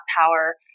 power